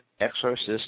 exorcist